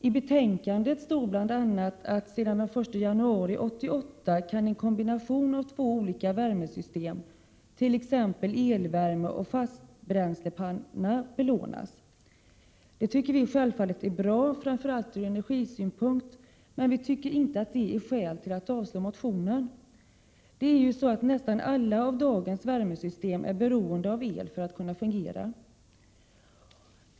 I betänkandet står att sedan den 1 januari 1988 en kombination av två olika värmesystem, t.ex. elvärme och fastbränslepanna, kan belånas. Det tycker vi självfallet är bra, framför allt ur energisynpunkt. Men vi tycker inte att det är skäl till att avslå motionen. Nästan alla dagens värmesystem är ju beroende av el för att kunna fungera.